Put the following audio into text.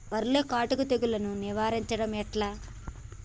వరిలో కాటుక తెగుళ్లను నివారించడం ఎట్లా?